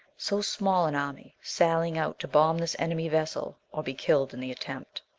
so small an army, sallying out to bomb this enemy vessel or be killed in the attempt!